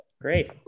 great